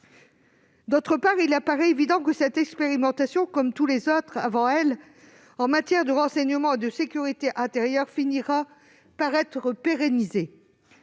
D'autre part, il apparaît évident que cette expérimentation, comme toutes les autres avant elle en matière de renseignement et de sécurité intérieure, finira par être pérennisée.